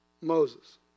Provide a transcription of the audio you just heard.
Moses